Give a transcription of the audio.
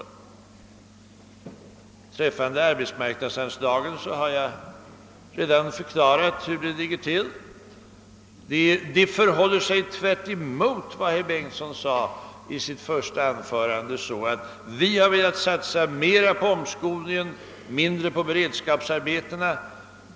Beträffande arbetsmarknadsanslagen har jag redan förklarat hur det ligger till. Det förhåller sig, tvärtemot vad herr Bengtsson sade i sitt första anförande, så att vi har önskat satsa mera på omskolningen och mindre på beredskapsarbetena.